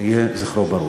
יהיה זכרו ברוך.